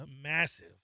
Massive